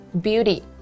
Beauty